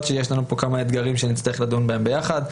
שיש כאן כמה אתגרים שנצטרך לדון בהם יחד.